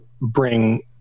bring